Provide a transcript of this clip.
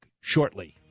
shortly